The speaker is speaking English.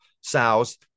sows